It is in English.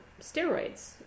steroids